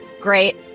great